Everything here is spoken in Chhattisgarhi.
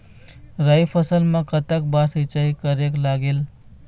राई फसल मा कतक बार सिचाई करेक लागेल?